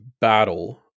battle